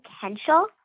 potential